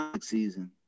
season